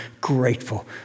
Grateful